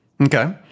Okay